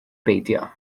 beidio